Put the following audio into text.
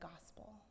gospel